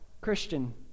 Christian